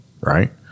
right